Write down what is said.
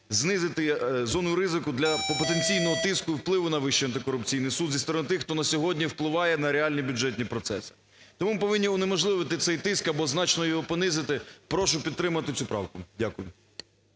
знизити зону ризику для потенційного тиску і впливу на Вищий антикорупційний суд зі сторони тих, хто на сьогодні впливає на реальні бюджетні процеси. Тому повинні унеможливити цей тиск або значно його понизити. Прошу підтримати цю правку. Дякую.